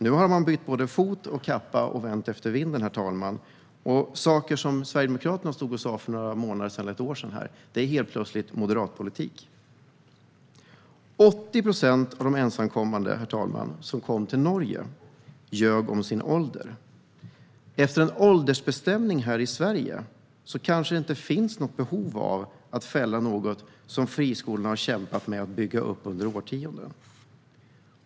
Nu har de bytt fot och vänt kappan efter vinden, herr talman, och sådant som Sverigedemokraterna stod här och sa för några månader eller år sedan är helt plötsligt moderatpolitik. Herr talman! 80 procent av de ensamkommande som kom till Norge ljög om sin ålder. Efter en åldersbestämning här i Sverige kanske det inte finns något behov av att fälla något som friskolorna har kämpat med att bygga upp under årtionden.